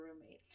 roommate